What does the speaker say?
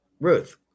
Ruth